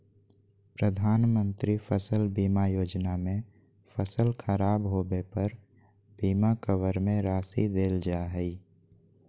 प्रधानमंत्री फसल बीमा योजना में फसल खराब होबे पर बीमा कवर में राशि देल जा हइ